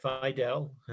Fidel